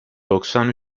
doksan